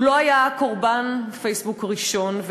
הוא לא היה קורבן פייסבוק הראשון,